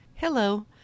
Hello